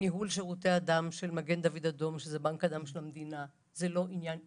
ניהול שירותי הדם של מד"א שזה בנק הדם של המדינה זה לא עניין עסקי.